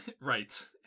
Right